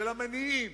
של המניעים,